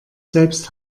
selbst